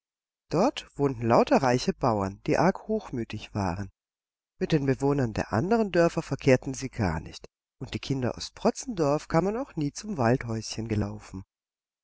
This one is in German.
dort wohnten lauter sehr reiche bauern die arg hochmütig waren mit den bewohnern der andern dörfer verkehrten sie gar nicht und die kinder aus protzendorf kamen auch nie zum waldhäuschen gelaufen